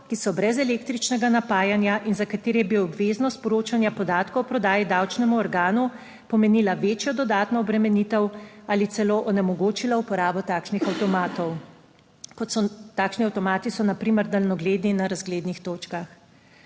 ki so brez električnega napajanja in za katere bi obveznost poročanja podatkov o prodaji davčnemu organu pomenila večjo dodatno obremenitev ali celo onemogočila uporabo takšnih avtomatov. Takšni so avtomati, so na primer daljnogledi na razglednih točkah.